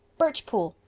birch pool,